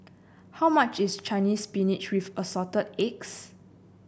how much is Chinese Spinach with Assorted Eggs